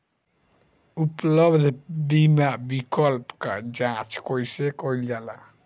उपलब्ध बीमा विकल्प क जांच कैसे कइल जाला?